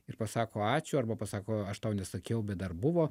ir pasako ačiū arba pasako aš tau nesakiau bet dar buvo